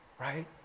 right